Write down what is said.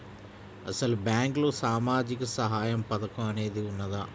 అసలు బ్యాంక్లో సామాజిక సహాయం పథకం అనేది వున్నదా?